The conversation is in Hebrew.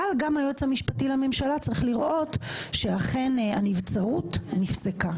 אבל גם היועץ המשפטי לממשלה צריך לראות שאכן הנבצרות נפסקה.